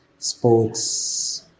sports